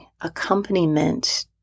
accompaniment